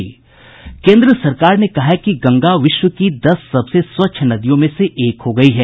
केन्द्र सरकार ने कहा है कि गंगा विश्व की दस सबसे स्वच्छ नदियों में से एक हो गयी है